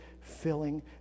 filling